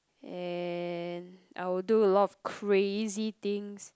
and I would do a lot of crazy things